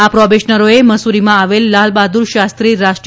આ પ્રોબેશનરોએ મસૂરીમાં આવેલ લાલ બહાદુર શાસ્રીથ્ રાષ્રીઅ